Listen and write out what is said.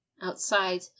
Outside